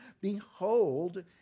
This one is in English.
Behold